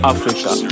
Africa